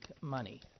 money